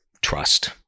trust